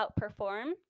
outperform